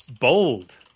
bold